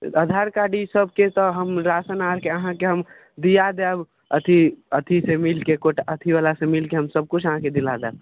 आधारकार्ड ईसबके तऽ हम राशन आरके अहाँके हम दिआ देब अथी अथी से मिलके कोटा अथी बला से मिलके हम सब किछु अहाँके दिला देब